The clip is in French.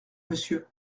monsieur